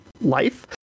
life